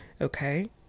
Okay